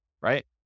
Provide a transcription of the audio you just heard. Right